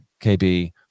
KB